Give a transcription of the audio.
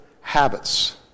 habits